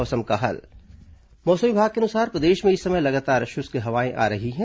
मौसम मौसम विभाग के अनुसार प्रदेश में इस समय लगातार शुष्क हवाएं आ रही हैं